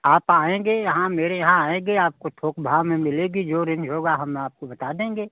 आप आएँगे यहाँ मेरे यहाँ आएँगे आपको थोक भाव में मिलेगी जो रेंज होगा हम आपको बता देंगे